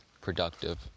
productive